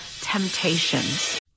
temptations